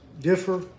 differ